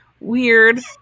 weird